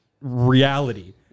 reality